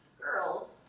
Girls